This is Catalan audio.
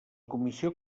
comissió